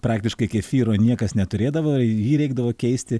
praktiškai kefyro niekas neturėdavo ir jį reikdavo keisti